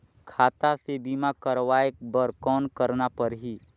खाता से बीमा करवाय बर कौन करना परही?